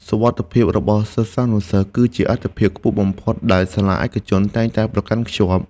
សុវត្ថិភាពរបស់សិស្សានុសិស្សគឺជាអាទិភាពខ្ពស់បំផុតដែលសាលាឯកជនតែងតែប្រកាន់ខ្ជាប់។